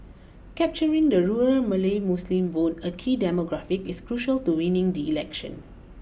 capturing the rural Malay Muslim vote a key demographic is crucial to winning the election